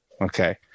Okay